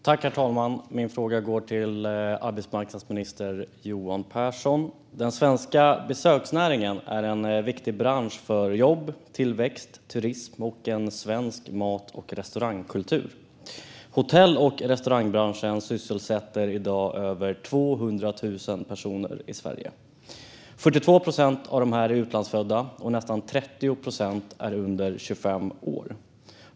Herr talman! Min fråga går till arbetsmarknadsminister Johan Pehrson. Den svenska besöksnäringen är en viktig bransch för jobb, tillväxt, turism och svensk mat och restaurangkultur. Hotell och restaurangbranschen sysselsätter i dag över 200 000 personer i Sverige. 42 procent av dem är utlandsfödda, och nästan 30 procent är under 25 år.